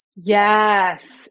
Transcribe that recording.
Yes